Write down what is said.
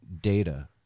data